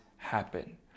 Happen